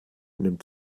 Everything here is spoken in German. nimmt